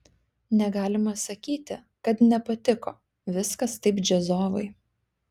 negalima sakyti kad nepatiko viskas taip džiazovai